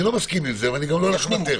אני לא מסכים עם זה, ואני גם לא הולך לוותר על זה.